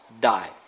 die